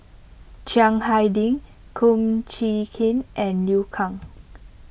Chiang Hai Ding Kum Chee Kin and Liu Kang